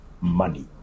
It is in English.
money